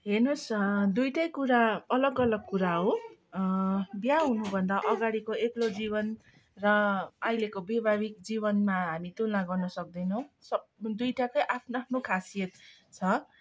हेर्नोस् दुइटै कुरा अलग अलग कुरा हो बिहा हुनुभन्दा अगाडिको एक्लो जीवन र अहिलेको वैवाहिक जीवनमा हामी तुलना गर्नु सक्दैनौँ सब दुइटाकै आफ्नो आफ्नै खासियत छ